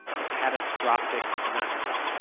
the catastrophic nakba.